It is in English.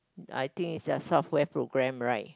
I think it's a software programme right